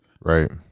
Right